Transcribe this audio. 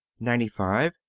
ninety five.